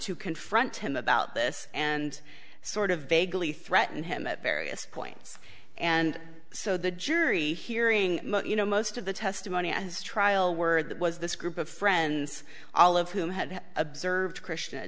to confront him about this and sort of vaguely threaten him at various points and so the jury hearing you know most of the testimony as trial word that was this group of friends all of whom had observed christian at